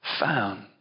Found